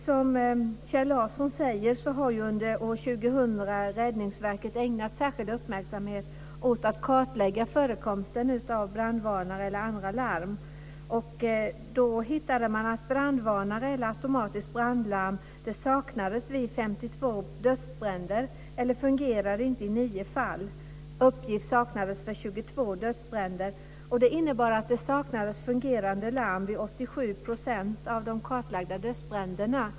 Som Kjell Larsson säger har Räddningsverket under år 2000 ägnat särskild uppmärksamhet åt att kartlägga förekomsten av brandvarnare eller andra larm. Då fann man att brandvarnare eller automatiskt brandlarm saknades vid 52 dödsbränder och i 9 fall inte fungerade. Uppgift saknades för 22 dödsbränder.